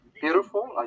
beautiful